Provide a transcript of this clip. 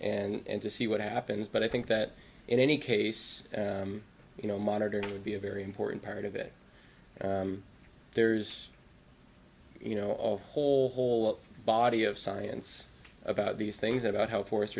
and to see what happens but i think that in any case you know monitored would be a very important part of it there's you know whole whole body of science about these things about how force